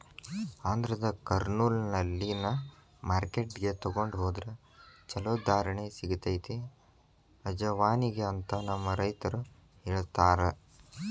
ಆಂಧ್ರದ ಕರ್ನೂಲ್ನಲ್ಲಿನ ಮಾರ್ಕೆಟ್ಗೆ ತೊಗೊಂಡ ಹೊದ್ರ ಚಲೋ ಧಾರಣೆ ಸಿಗತೈತಿ ಅಜವಾನಿಗೆ ಅಂತ ನಮ್ಮ ರೈತರು ಹೇಳತಾರ